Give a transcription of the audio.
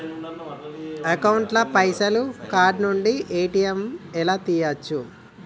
Account ల పైసల్ card నుండి ఏ.టి.ఎమ్ లా తియ్యచ్చా?